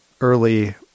early